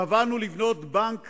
קבענו לבנות בנק